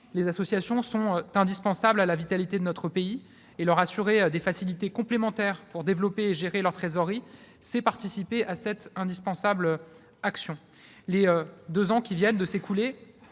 Les associations sont indispensables à la vitalité de notre pays ; leur assurer des facilités complémentaires pour développer et gérer leur trésorerie, c'est participer à cette indispensable action. Les deux ans qui viennent de s'écouler